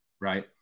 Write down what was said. right